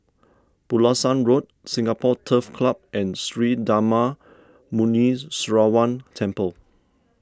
Pulasan Road Singapore Turf Club and Sri Darma Muneeswaran Temple